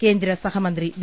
കേന്ദ്ര സഹമന്ത്രി വി